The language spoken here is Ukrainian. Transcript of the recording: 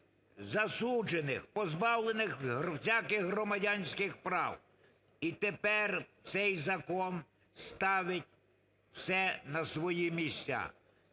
засуджених, позбавлених всяких громадянських прав. І тепер цей закон ставить все на свої місця.